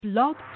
Blog